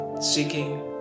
seeking